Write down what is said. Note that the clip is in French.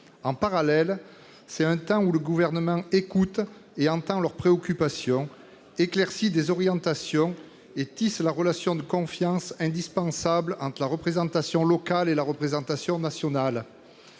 En parallèle, c'est un temps où le Gouvernement écoute et entend leurs préoccupations, éclaircit des orientations et tisse la relation de confiance indispensable entre la représentation locale et la représentation nationale.